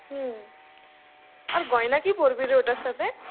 আর গয়না কী পরবি রে ওটার সাথে